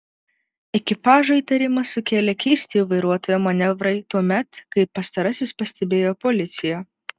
ekipažui įtarimą sukėlė keisti vairuotojo manevrai tuomet kai pastarasis pastebėjo policiją